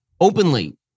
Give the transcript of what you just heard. openly